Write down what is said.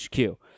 HQ